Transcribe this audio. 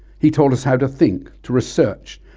he taught us how to think, to research,